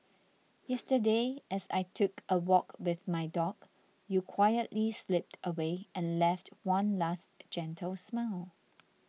yesterday as I took a walk with my dog you quietly slipped away and left one last gentle smile